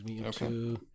Okay